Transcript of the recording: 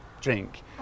drink